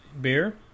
beer